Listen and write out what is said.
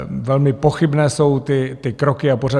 Velmi pochybné jsou ty kroky a pořady.